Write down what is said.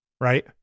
right